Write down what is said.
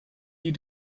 die